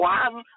one